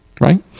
right